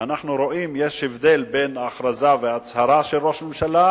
אנחנו רואים שיש הבדל בין הכרזה והצהרה של ראש הממשלה